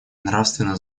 нравственно